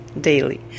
daily